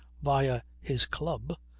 via his club,